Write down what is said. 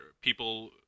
people